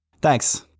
Thanks